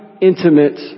intimate